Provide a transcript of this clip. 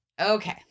Okay